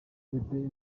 ben